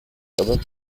aber